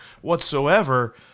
whatsoever